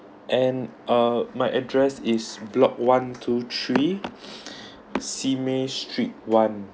and uh my address is block one two three simei street one